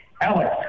Alex